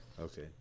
Okay